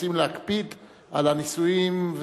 רוצים להקפיד על הנישואים,